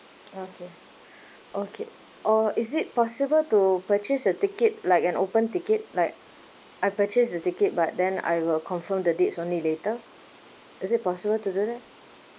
okay okay or is it possible to purchase the ticket like an open ticket like I purchase the ticket but then I will confirm the dates only later is it possible to do that